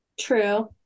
true